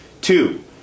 Two